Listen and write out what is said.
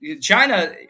China